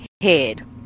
head